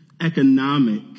economic